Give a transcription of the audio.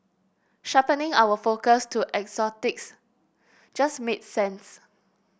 sharpening our focus to exotics just made sense